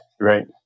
right